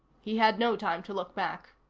he had no time to look back.